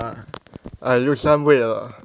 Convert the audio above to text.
I lose some weight ah